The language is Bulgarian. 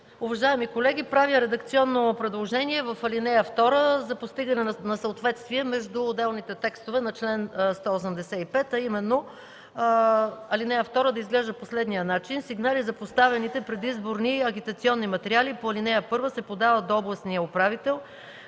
Уважаеми колеги, правя редакционно предложение в ал. 2 за постигане на съответствие между отделните текстове на чл. 185, а именно ал. 2 да изглежда по следния начин: (2) Сигнали за поставените предизборни агитационни материали по ал. 1 се подават до областния управител,